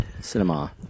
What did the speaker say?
Cinema